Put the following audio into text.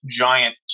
giant